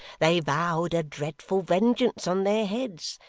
they vowed a dreadful vengeance on their heads,